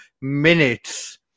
minutes